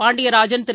Pandiarajan Thiru